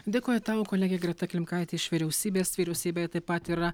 dėkoju tau kolegė greta klimkaitė iš vyriausybės vyriausybė taip pat yra